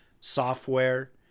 software